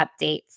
updates